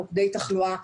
מוקדי תחלואה,